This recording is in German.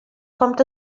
kommt